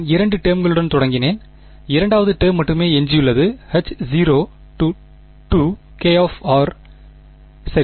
நான் இரண்டு டெர்ம்களுடன் தொடங்கினேன் இரண்டாவது டேர்ம் மட்டுமே எஞ்சியுள்ளது H0 சரி